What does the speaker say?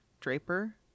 Draper